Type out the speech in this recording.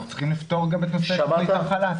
אנחנו צריכים לפתור גם את נושא תוכנית החל"ת.